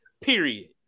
Period